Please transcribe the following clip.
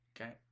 okay